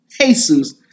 Jesus